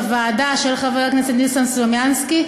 בוועדה של חבר הכנסת ניסן סלומינסקי,